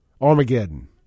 Armageddon